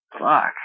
fuck